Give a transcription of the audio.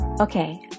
Okay